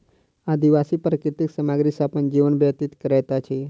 आदिवासी प्राकृतिक सामग्री सॅ अपन जीवन व्यतीत करैत अछि